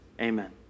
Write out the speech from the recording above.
Amen